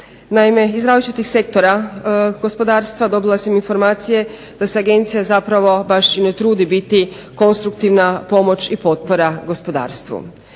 Naime, iz različitih sektora gospodarstva dobila sam informacije da se Agencija zapravo baš i ne trudi biti konstruktivna pomoć i potpora gospodarstvu.